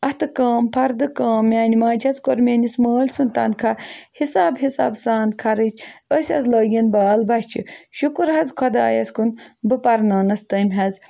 اَتھٕ کٲم فردٕ کٲم میٛانہِ ماجہِ حظ کوٚر میٲنِس مٲلۍ سُنٛد تَنخواہ حِساب حِساب سان خرٕچ أسۍ حظ لٲگِنۍ بال بَچھِ شُکُر حظ خۄدایَس کُن بہٕ پرناونَس تٔمۍ حظ